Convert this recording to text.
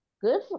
good